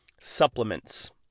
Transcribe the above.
supplements